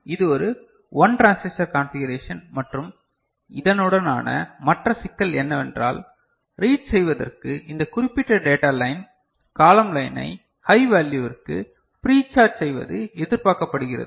இது ஒரு one transistor configuration மற்றும் இதனுடனான மற்ற சிக்கல் என்னவென்றால் ரீட் செய்வதற்கு இந்த குறிப்பிட்ட டேட்டா லைன் காலம் லைனை ஹை வேல்யுவிற்கு ப்ரீ சார்ஜ் செய்வது எதிர்பார்க்கப்படுகிறது